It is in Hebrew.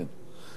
כן.